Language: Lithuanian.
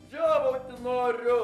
žiovauti noriu